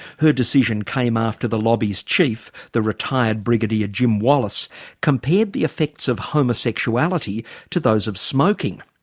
her decision came after the lobby's chief, the retired brigadier jim wallace compared the effects of homosexuality to those of smoking.